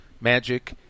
magic